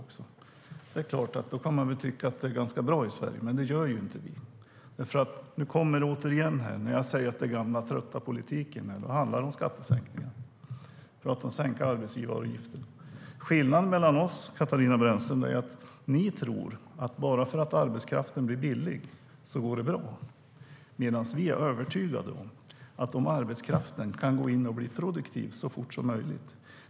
Visst kan man tycka att det är ganska bra i Sverige, men det gör inte vi. Nu kommer det återigen. När jag säger att det är en gammal och trött politik handlar det om skattesänkningar. Ni pratar om att sänka arbetsgivaravgiften. Bara för att arbetskraften blir billig går det bra, tror ni. Det är skillnaden mellan oss, Katarina Brännström. Vi är övertygade om att arbetskraften måste kunna gå in och bli produktiv så fort som möjligt.